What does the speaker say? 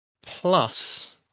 plus